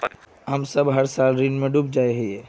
हम सब हर साल ऋण में डूब जाए हीये?